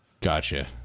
Gotcha